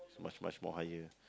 it's much much more higher